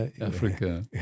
Africa